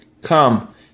Come